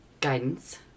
guidance